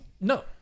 No